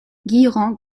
guilherand